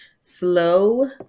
slow